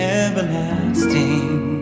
everlasting